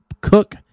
cook